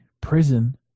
prison